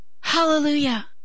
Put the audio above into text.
Hallelujah